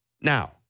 Now